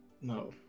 No